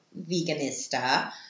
veganista